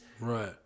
Right